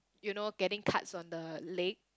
you know getting cuts on the leg